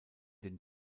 den